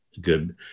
good